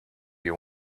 you